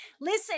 Listen